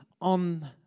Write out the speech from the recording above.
on